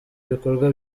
ibikorwa